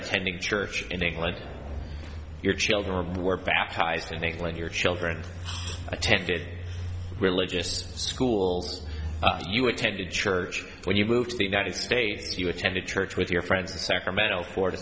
attending church in england your children were baptized in england your children attended religious schools you attended church when you moved to the united states you attended church with your friends to sacramento four to